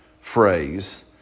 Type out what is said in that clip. phrase